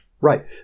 Right